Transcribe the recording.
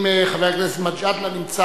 אם חבר הכנסת מג'אדלה נמצא